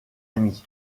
ami